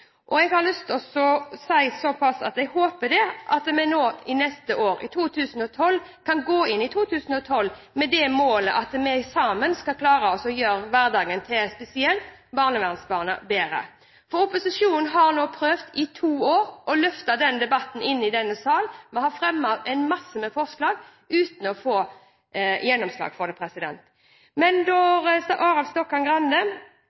jeg hjertens enig i. Jeg har lyst til å si såpass at jeg håper at vi kan gå inn i 2012 med det mål at vi sammen skal klare å gjøre hverdagen bedre spesielt for barnevernsbarna. Opposisjonen har nå i to år prøvd å løfte debatten inn i denne sal, og vi har fremmet mange forslag uten å få gjennomslag for dem. Men